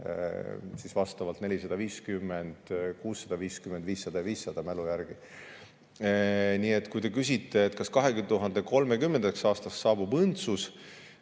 – vastavalt 450, 650, 500 ja 500, mälu järgi ütlen. Nii et kui te küsite, kas 2030. aastaks saabub õndsus,